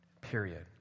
period